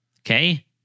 Okay